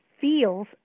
feels